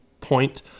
point